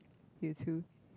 you too